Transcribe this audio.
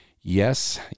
Yes